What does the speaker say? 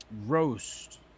roast